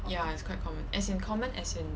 ya it's quite common as in common as in